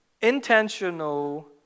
intentional